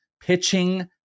pitching